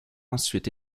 ensuite